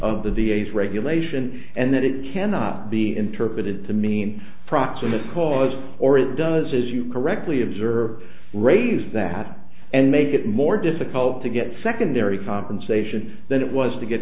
of the d a s regulation and that it cannot be interpreted to mean proximate cause or it does as you correctly observed raise that and make it more difficult to get secondary compensation than it was to get